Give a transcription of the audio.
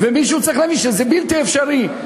ומישהו צריך להבין שזה בלתי אפשרי.